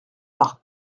par